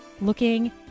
looking